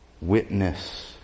witness